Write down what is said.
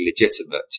legitimate